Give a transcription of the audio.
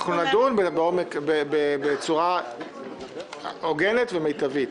אנחנו נדון בצורה הוגנת ומיטבית.